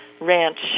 ranch